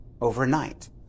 overnight